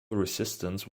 resistance